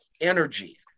energy